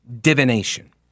divination